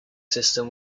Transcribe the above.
system